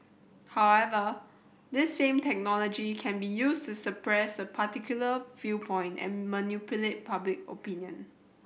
however this same technology can be used to suppress a particular viewpoint and manipulate public opinion